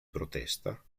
protesta